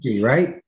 Right